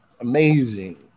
amazing